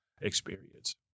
experience